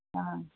ஆ